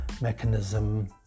mechanism